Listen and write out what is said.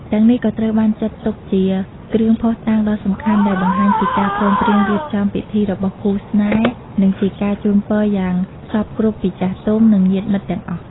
ទាំងនេះក៏ត្រូវបានចាត់ទុកជា គ្រឿងភ័ស្តុតាង ដ៏សំខាន់ដែលបង្ហាញពីការព្រមព្រៀងរៀបចំពិធីរបស់គូស្នេហ៍ និងជាការជូនពរយ៉ាងសព្វគ្រប់ពីចាស់ទុំ និងញាតិមិត្តទាំងអស់។